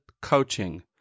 coaching